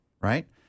right